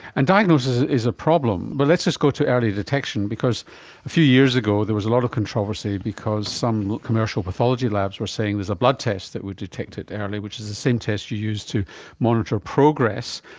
and diagnosis is a problem, but let's just go to early detection because a few years ago there was a lot of controversy because some commercial pathology labs were saying there is a blood test that we detected early which is the same test you use to monitor progress,